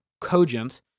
cogent